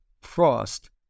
Frost